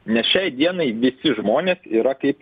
nes šiai dienai visi žmonės yra kaip